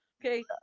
Okay